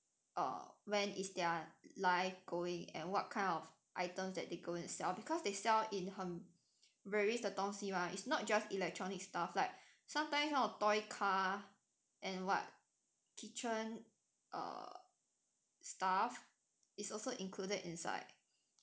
or when is their live going and what kind of items that they going to sell because they sell in 很 varies 的东西 mah it's not just electronic stuff like sometimes 那种 toy car and what kitchen err stuff is also included inside